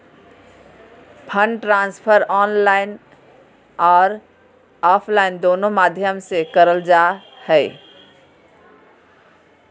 fund transfer online आर offline दोनों माध्यम से करल जा हय